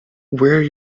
where